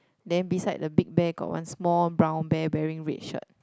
then beside the big bear got one small brown bear wearing red shirt